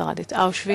שרד את אושוויץ.